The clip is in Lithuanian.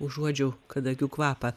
užuodžiau kadagių kvapą